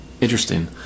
interesting